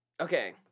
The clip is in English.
Okay